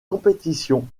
compétition